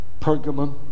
Pergamum